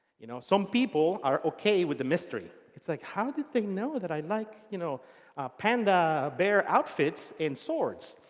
you know some people are okay with the mystery. it's, like, how did they know that i like you know panda bear outfits and swords?